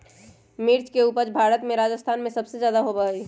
मिर्च के उपज भारत में राजस्थान में सबसे ज्यादा होबा हई